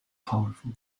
powerful